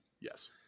yes